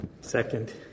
Second